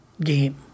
game